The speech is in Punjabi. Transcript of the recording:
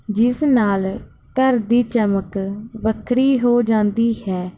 ਜਿਸ ਨਾਲ ਘਰ ਦੀ ਚਮਕ ਵੱਖਰੀ ਹੋ ਜਾਂਦੀ ਹੈ